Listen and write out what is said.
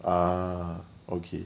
ah okay